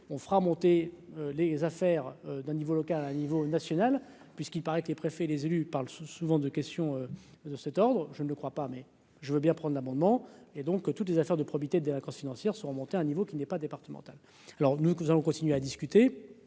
on fera monter les affaires d'un niveau local au niveau national puisqu'il paraît que les préfets et les élus par le sous-souvent de questions de cet ordre, je ne le crois pas, mais je veux bien prendre l'abondement et donc toutes les affaires de probité de la crise financière seront montés un niveau qui n'est pas départemental alors nous ce que nous allons continuer à discuter